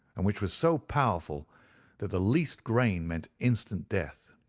and which was so powerful that the least grain meant instant death.